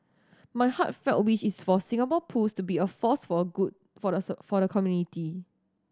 my heartfelt wish is for Singapore Pools to be a force for a good for the sir for the community